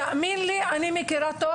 תאמין לי שאני מכירה טוב,